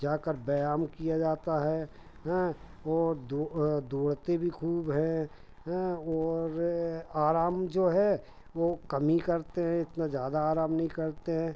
जाकर व्यायाम किया जाता है हाँ और दौड़ते भी ख़ूब हैं हाँऔर आराम जो है वह कम ही करते हैं इतना ज़्यादा आराम नहीं करते हैं